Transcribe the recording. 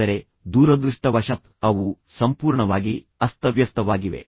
ಆದರೆ ದುರದೃಷ್ಟವಶಾತ್ ಅವು ಸಂಪೂರ್ಣವಾಗಿ ಅಸ್ತವ್ಯಸ್ತವಾಗಿವೆ